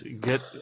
get